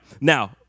Now